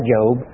Job